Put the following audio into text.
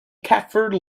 catford